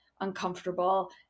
uncomfortable